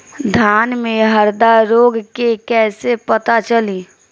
धान में हरदा रोग के कैसे पता चली?